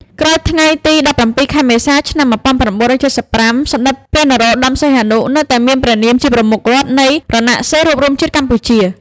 ក្រោយថ្ងៃទី១៧ ខែមេសា ឆ្នាំ១៩៧៥ សម្តេចព្រះ នរោត្តម សីហនុ នៅតែមានព្រះនាមជាប្រមុខរដ្ឋនៃរណសិរ្សរួបរួមជាតិកម្ពុជា។